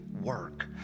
work